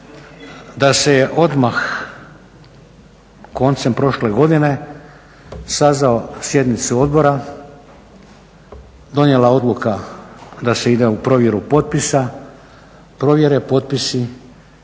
se je odmah koncem prošle godine sazvalo sjednicu odbora, donijela odluka da se ide u provjeru potpisa, provjere potpisi